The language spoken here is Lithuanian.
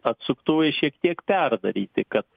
atsuktuvai šiek tiek perdaryti kad